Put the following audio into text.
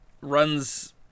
runs